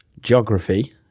geography